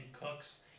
Cooks